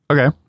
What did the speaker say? Okay